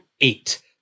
eight